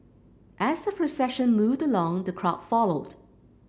as the procession moved along the crowd followed